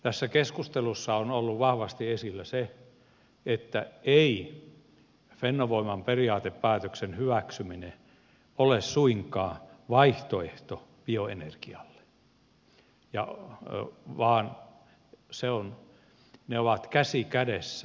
tässä keskustelussa on ollut vahvasti esillä se että ei fennovoiman periaatepäätöksen hyväksyminen ole suinkaan vaihtoehto bioenergialle vaan ne ovat käsi kädessä